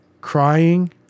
crying